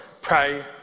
pray